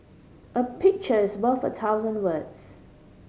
a picture is worth a thousand words